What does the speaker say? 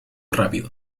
rápido